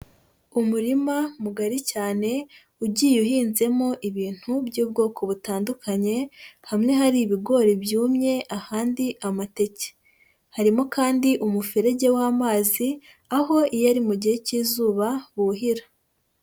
Umurima mugari cyane ugiye uhinzemo ibintu by'ubwoko butandukanye, hamwe hari ibigori byumye, ahandi amateke. Harimo kandi umuferege w'amazi aho iyo ari mu gihe cy'izuba buhira.